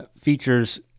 features